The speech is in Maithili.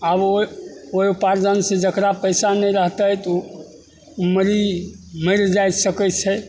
आब ओहि ओहि उपार्जनसे जकरा पइसा नहि रहतै तऽ ओ मरी मरि जाइ सकै छै